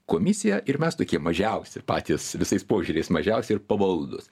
komisija ir mes tokie mažiausi patys visais požiūriais mažiausi ir pavaldūs